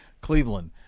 Cleveland